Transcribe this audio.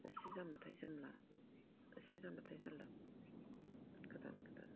एसे जोमब्लाथाय जोमला एसे जोमब्लाथाय जोमला गोदान गोदान